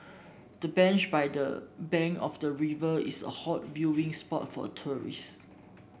the bench by the bank of the river is a hot viewing spot for tourists